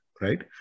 right